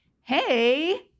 hey